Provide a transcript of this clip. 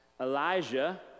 Elijah